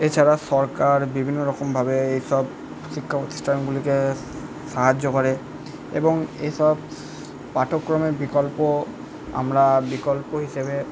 এছাড়া সরকার বিভিন্নরকমভাবে এই সব শিক্ষা প্রতিষ্ঠানগুলিকে সাহায্য করে এবং এই সব পাঠক্রমের বিকল্প আমরা বিকল্প হিসেবে